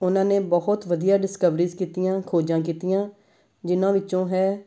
ਉਹਨਾਂ ਨੇ ਬਹੁਤ ਵਧੀਆ ਡਿਸਕਵਰੀਜ਼ ਕੀਤੀਆਂ ਖੋਜਾਂ ਕੀਤੀਆਂ ਜਿਨ੍ਹਾਂ ਵਿੱਚੋਂ ਹੈ